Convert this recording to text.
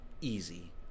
easy